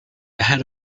ahead